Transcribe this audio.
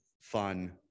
fun